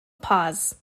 pause